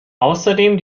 außerdem